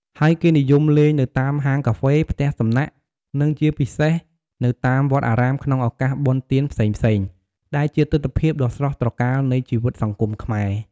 ហើយគេនិយមលេងនៅតាមហាងកាហ្វេ ផ្ទះសំណាក់ និងជាពិសេសនៅតាមវត្តអារាមក្នុងឱកាសបុណ្យទានផ្សេងៗ ដែលជាទិដ្ឋភាពដ៏ស្រស់ត្រកាលនៃជីវិតសង្គមខ្មែរ។